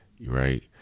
right